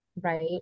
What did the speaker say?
right